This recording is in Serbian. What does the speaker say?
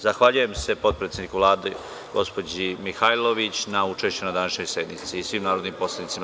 Zahvaljujem se potpredsedniku Vlade, gospođi Mihajlović, na učešću na današnjoj sednici i svim narodnim poslanicima.